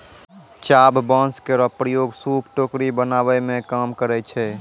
चाभ बांस केरो प्रयोग सूप, टोकरी बनावै मे काम करै छै